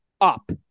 up